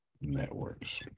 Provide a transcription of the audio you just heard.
networks